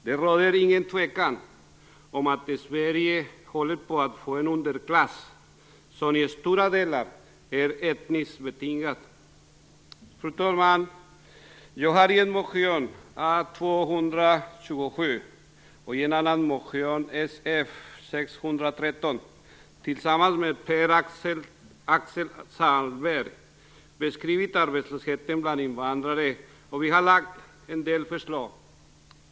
Det råder inget tvivel om att Sverige håller på att få en underklass som i stora delar är etniskt betingad. Fru talman! Jag har i en motion, A227, och även i motion Sf613 tillsammans med Pär-Axel Sahlberg, beskrivit arbetslösheten bland invandrare, och vi har lagt fram en del förslag.